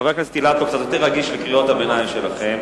חבר הכנסת אילטוב קצת יותר רגיש לקריאות הביניים שלכם,